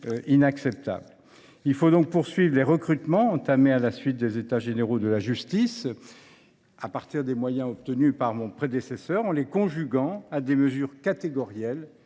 Il faut donc poursuivre les recrutements entamés à la suite des États généraux de la justice, à partir des moyens obtenus par mon prédécesseur, en les conjuguant à des mesures catégorielles